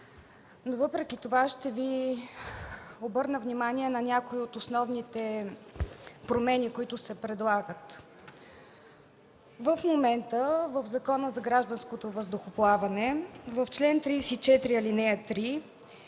но въпреки това ще Ви обърна внимание на някои от основните промени, които се предлагат. В момента в Закона за гражданското въздухоплаване, в чл. 34, ал. 3